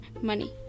money